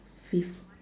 fifth